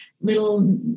little